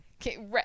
Okay